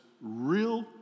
real